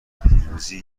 پیروزی